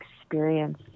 experience